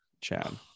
chad